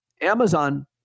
Amazon